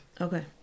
Okay